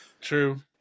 true